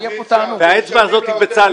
והאצבע הזאת היא בצלאל.